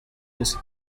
isi